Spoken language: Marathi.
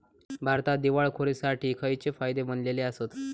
भारतात दिवाळखोरीसाठी खयचे कायदे बनलले आसत?